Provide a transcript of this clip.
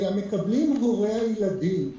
אלא מקבלים הורי הילדים.